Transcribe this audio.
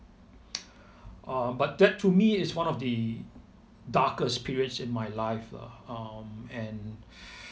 uh but that to me is one of the darkest periods in my life lah um and